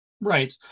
Right